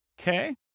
Okay